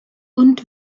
und